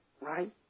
right